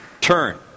turn